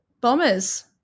Bombers